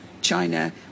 China